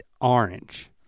orange